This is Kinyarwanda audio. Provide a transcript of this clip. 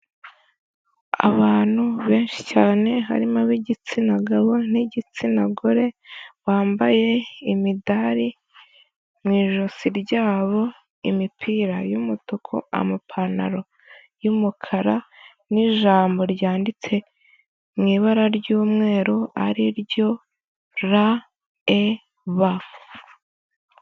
Abantu benshi cyane harimo ab'igitsina gabo n'igitsina gore, bambaye imidari mu ijosi ryabo, imipira y'umutuku, amapantaro y'umukara n'ijambo ryanditse mu ibara ry'umweru ari ryo R, E, B.